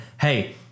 hey